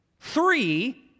Three